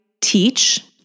teach